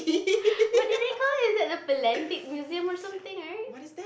what do they call it is that the philatelic museum or something right